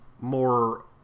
more